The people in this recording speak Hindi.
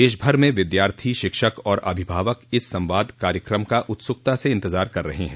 देश भर में विद्यार्थी शिक्षक आर अभिभावक इस संवाद कार्यक्रम का उत्सुकता से इंतजार कर रहे हैं